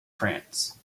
france